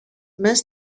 μες